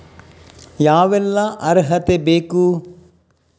ಯಾವೆಲ್ಲ ಅರ್ಹತೆ ಬೇಕು?